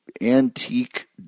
antique